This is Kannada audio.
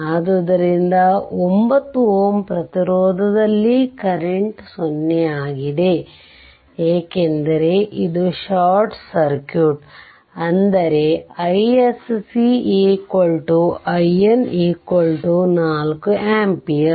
ಆದ್ದರಿಂದ 9 Ω ಪ್ರತಿರೋಧದಲ್ಲಿಕರೆಂಟ್ 0 ಆಗಿದೆ ಏಕೆಂದರೆ ಇದು ಶಾರ್ಟ್ ಸರ್ಕ್ಯೂಟ್ ಅಂದರೆ iSC IN 4 ಆಂಪಿಯರ್